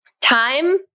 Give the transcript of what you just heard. Time